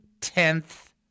tenth